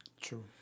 True